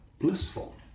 blissful